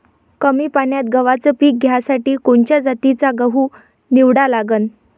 कमी पान्यात गव्हाचं पीक घ्यासाठी कोनच्या जातीचा गहू निवडा लागन?